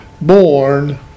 born